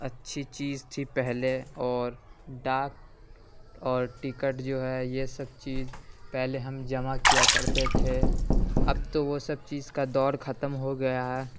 اچھی چیز تھی پہلے اور ڈاک اور ٹکٹ جو ہے یہ سب چیز پہلے ہم جمع کیا کرتے تھے اب تو وہ سب چیز کا دور ختم ہوگیا ہے